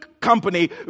company